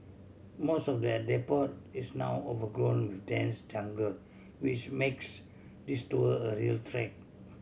most of the depot is now overgrown with dense jungle which makes this tour a real trek